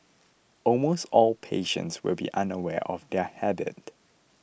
almost all patients will be unaware of their habit